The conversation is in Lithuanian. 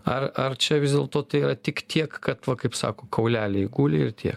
ar ar čia vis dėlto tai yra tik tiek kad va kaip sako kauleliai guli ir tiek